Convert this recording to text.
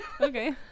okay